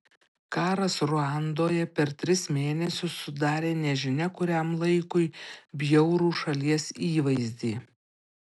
karas ruandoje per tris mėnesius sudarė nežinia kuriam laikui bjaurų šalies įvaizdį